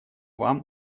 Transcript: вам